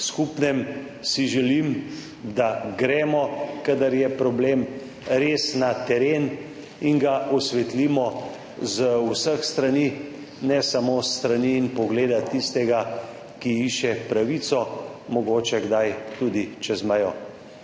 skupnem odločanju želim, da gremo, kadar je problem, res na teren in ga osvetlimo z vseh strani, ne samo s strani in pogleda tistega, ki išče pravico, mogoče kdaj tudi čez mejo.